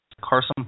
Carson